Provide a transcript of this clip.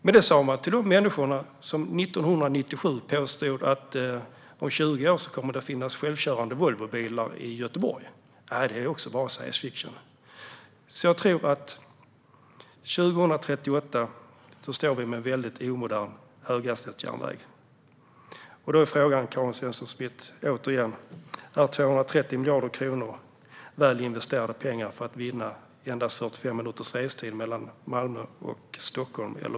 Men det sa man också till dem som 1997 påstod att det om 20 år skulle finnas självkörande Volvobilar i Göteborg. Jag tror att vi 2038 står med en omodern höghastighetsjärnväg. Därför frågar jag igen, Karin Svensson Smith: Är 230 miljarder väl investerade pengar för att vinna endast 45 minuters restid mellan Malmö och Stockholm?